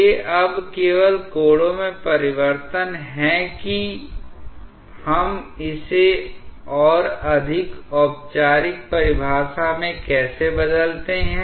ये अब केवल कोणों में परिवर्तन हैं कि हम इसे और अधिक औपचारिक परिभाषा में कैसे बदलते हैं